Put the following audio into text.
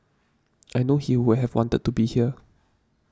I know he would have wanted to be here